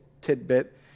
tidbit